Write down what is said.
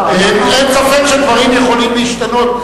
אין ספק שדברים יכולים להשתנות,